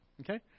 okay